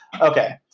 okay